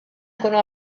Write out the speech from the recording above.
nkunu